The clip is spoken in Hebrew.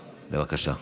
בבקשה.